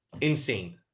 insane